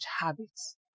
habits